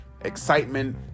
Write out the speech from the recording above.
excitement